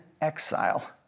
exile